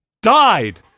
Died